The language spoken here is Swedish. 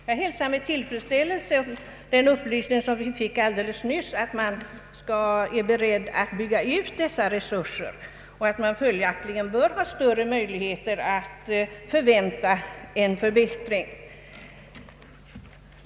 Jag hälsar med tillfredsställelse den upplysning som vi fick alldeles nyss om att man är beredd att bygga ut dessa resurser. Det skulle ge oss större anledning att förvänta en förbättring.